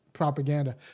propaganda